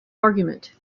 argument